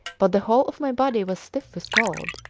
but the whole of my body was stiff with cold.